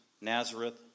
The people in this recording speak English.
Nazareth